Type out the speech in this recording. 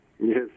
Yes